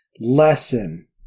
lesson